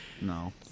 No